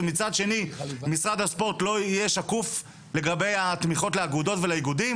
ומצד שני משרד הספורט לא יהיה שקוף לגבי התמיכות לאגודות ולאיגודים?